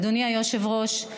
אדוני היושב-ראש,